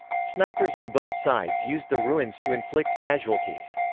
snipers on both sides used the ruins to inflict casualties.